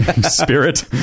spirit